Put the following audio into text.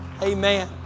Amen